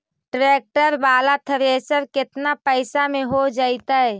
Tractor बाला thresher केतना पैसा में हो जैतै?